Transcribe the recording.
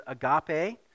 agape